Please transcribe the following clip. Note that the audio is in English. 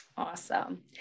Awesome